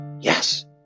Yes